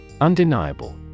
Undeniable